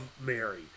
mary